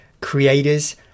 creators